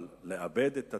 אבל לאבד את התקווה,